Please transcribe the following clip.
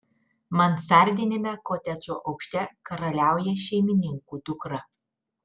mansardiniame kotedžo aukšte karaliauja šeimininkų dukra